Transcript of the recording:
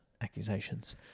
accusations